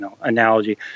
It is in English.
analogy